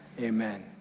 amen